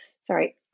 sorry